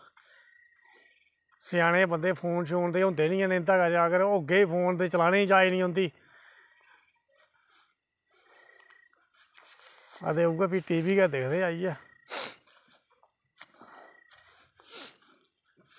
स्आनै बंदे फोन ते होंदे निं ऐ इंदे कोल इंदे कश अगर होङन फोन ते चलाने दी जाच निं औंदी ते उऐ भी टीवी गै दिखदे आइयै